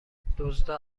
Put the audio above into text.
دزدا